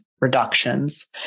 reductions